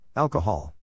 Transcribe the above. Alcohol